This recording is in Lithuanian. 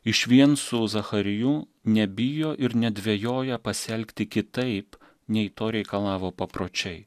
išvien su zachariju nebijo ir nedvejoja pasielgti kitaip nei to reikalavo papročiai